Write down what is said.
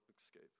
escape